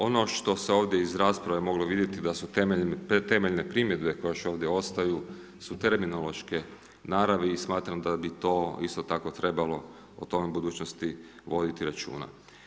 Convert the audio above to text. Ono što se ovdje iz rasprave moglo vidjeti da su temeljne primjedbe koje još ovdje ostaju su terminološke naravi i smatram da bi to isto tako trebalo o tome u budućnosti voditi računa.